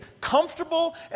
comfortable